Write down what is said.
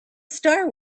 star